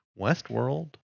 Westworld